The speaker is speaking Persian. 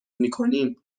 میکنیم